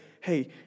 hey